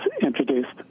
introduced